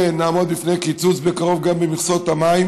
נעמוד בפני קיצוץ בקרוב גם במכסות המים.